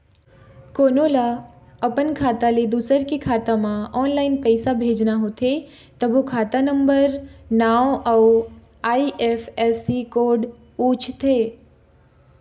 कोनो ल अपन खाता ले दूसर के खाता म ऑनलाईन पइसा भेजना होथे तभो खाता नंबर, नांव अउ आई.एफ.एस.सी कोड पूछथे